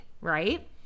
right